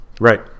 right